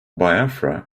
biafra